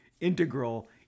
integral